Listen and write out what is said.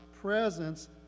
presence